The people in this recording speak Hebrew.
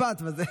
אמרת משפט, וזה,